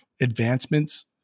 advancements